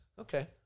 okay